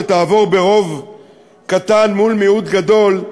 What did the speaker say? שתעבור ברוב קטן מול מיעוט גדול,